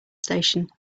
station